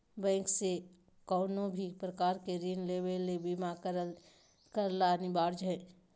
bank से कउनो भी प्रकार के ऋण लेवे ले बीमा करला अनिवार्य हय